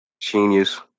Genius